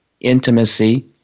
intimacy